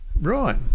Right